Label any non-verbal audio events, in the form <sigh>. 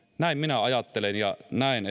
näin minä ajattelen ja näen <unintelligible>